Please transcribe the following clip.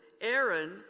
Aaron